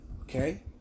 okay